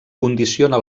condiciona